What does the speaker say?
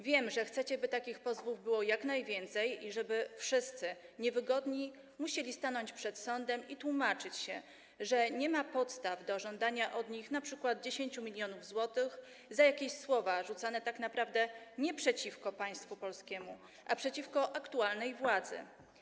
Wiem, że chcecie, by takich pozwów było jak najwięcej i żeby wszyscy niewygodni musieli stanąć przed sądem i tłumaczyć się, że nie ma podstaw do żądania od nich np. 10 mln zł za jakieś słowa rzucane tak naprawdę nie przeciwko państwu polskiemu, a przeciwko aktualnej władzy.